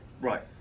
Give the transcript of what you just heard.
Right